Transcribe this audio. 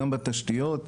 גם בתשתיות,